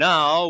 Now